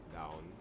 down